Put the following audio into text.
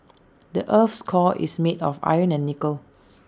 the Earth's core is made of iron and nickel